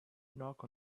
knock